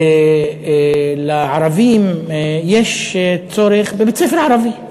לערבים יש צורך בבית-ספר ערבי.